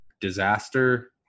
disaster